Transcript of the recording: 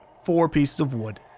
four pieces of wood.